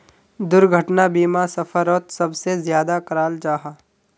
दुर्घटना बीमा सफ़रोत सबसे ज्यादा कराल जाहा